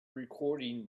recording